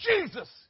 Jesus